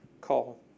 call